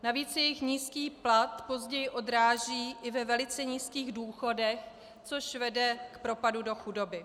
Navíc se jejich nízký plat později odráží i ve velice nízkých důchodech, což vede k propadu do chudoby.